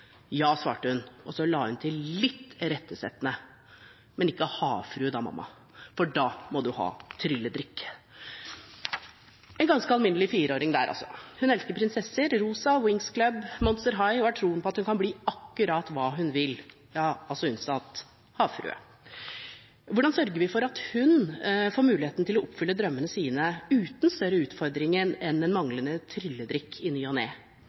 Ja, svarte hun, og så la hun til, litt irettesettende: Men ikke havfrue, da, mamma, for da må du ha trylledrikk. Hun er en ganske alminnelig fireåring. Hun elsker prinsesser, rosa, Winx Club og Monster High og har troen på at hun kan bli akkurat hva hun vil – ja, unntatt havfrue. Hvordan sørger vi for at hun får muligheten til å oppfylle drømmene sine uten større utfordringer enn en manglende trylledrikk i